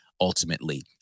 Ultimately